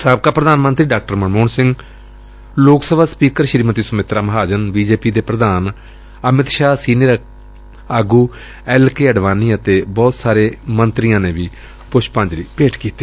ਸਾਬਕਾ ਪ੍ਰਧਾਨ ਮੰਤਰੀ ਡਾ Manmohan Singh Lok Sabha speaker Shrimati Sumitra Mahajan B J P ਦੇ ਪ੍ਧਾਨ ਅਮਿਤ ਸ਼ਾਹ ਸੀਨੀਅਰ ਆਗੂ ਐਲ ਕੇ ਅਡਵਾਨੀ ਅਤੇ ਬਹੁਤ ਸਾਰੇ ਮੰਤਰੀਆਂ ਨੇ ਵੀ ਪੁਸ਼ਪਾਂਜ਼ਲੀ ਭੇਂਟ ਕੀਤੀ